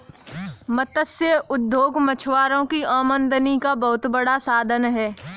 मत्स्य उद्योग मछुआरों की आमदनी का बहुत बड़ा साधन है